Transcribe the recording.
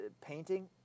painting